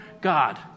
God